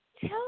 tell